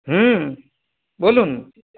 হুম বলুন